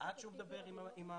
עד שהוא מדבר על המנהל,